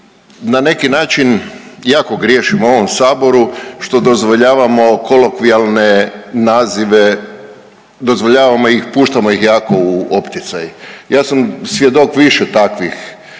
na neki način jako griješimo u ovom Saboru što dozvoljavamo kolokvijalne nazive, dozvoljavamo ih, puštamo ih jako u opticaj. Ja sam svjedok više takvih